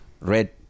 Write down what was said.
red